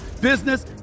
business